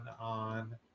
on